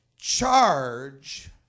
charge